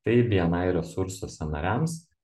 tai bni resursuose nariams